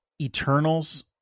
Eternals